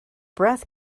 breath